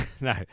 No